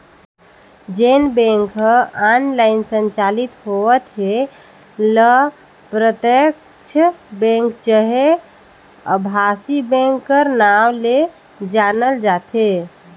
जेन बेंक ह ऑनलाईन संचालित होवत हे ल प्रत्यक्छ बेंक चहे अभासी बेंक कर नांव ले जानल जाथे